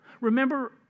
Remember